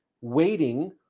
waiting